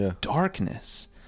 darkness